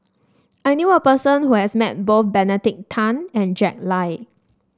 I knew a person who has met both Benedict Tan and Jack Lai